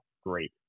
great